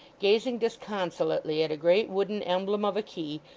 gazing disconsolately at a great wooden emblem of a key,